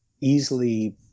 easily